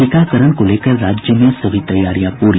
टीकाकरण को लेकर राज्य में सभी तैयारियां पूरी